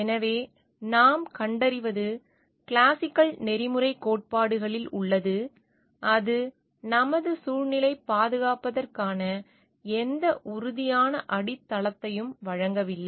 எனவே நாம் கண்டறிவது கிளாசிக்கல் நெறிமுறைக் கோட்பாடுகளில் உள்ளது அது நமது சுற்றுச்சூழலைப் பாதுகாப்பதற்கான எந்த உறுதியான அடித்தளத்தையும் வழங்கவில்லை